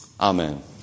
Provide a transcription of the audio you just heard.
Amen